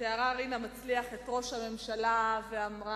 תיארה רינה מצליח את ראש הממשלה ואמרה: